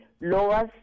lowers